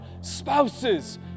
spouses